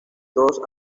dos